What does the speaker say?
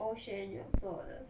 欧萱有做的